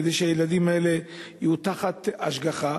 כדי שהילדים האלה יהיו תחת השגחה.